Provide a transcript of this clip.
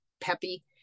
peppy